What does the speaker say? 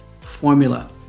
Formula